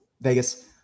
Vegas